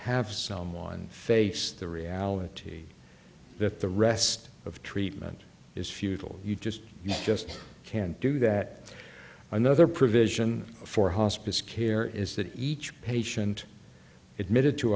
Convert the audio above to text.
have someone face the reality that the rest of treatment is futile you just you just can't do that another provision for hospice care is that each patient admitted to